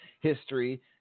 history